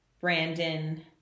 Brandon